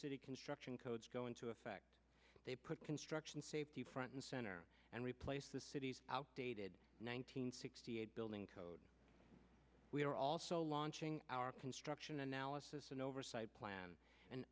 city construction codes go into effect they put construction safety front and center and replace the city's outdated one nine hundred sixty eight building code we are also launching our construction analysis and oversight plan an